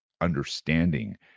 understanding